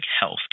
Health